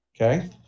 Okay